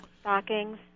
stockings